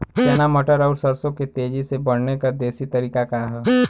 चना मटर और सरसों के तेजी से बढ़ने क देशी तरीका का ह?